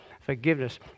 Forgiveness